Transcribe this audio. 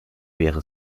wäre